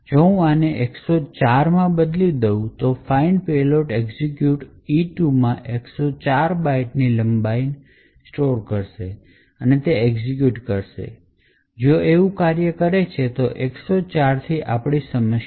જો હું આને 104 માં બદલીશ તો find payload એક્ઝિક્યુટ E2 માં 104 બાઇટની લંબાઈ સ્ટોર કરો અને તેને એક્ઝિક્યુટ કરો જો તે આવું કાર્ય કરે છે તો 104 થી અમારી સમસ્યા